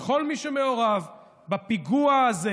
וכל מי שמעורב בפיגוע הזה,